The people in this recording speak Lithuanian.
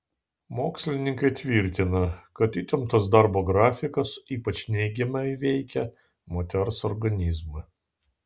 mokslininkai tvirtina kad įtemptas darbo grafikas ypač neigiamai veikia moters organizmą